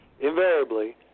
Invariably